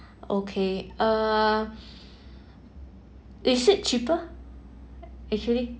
okay uh is it cheaper actually